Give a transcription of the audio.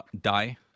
die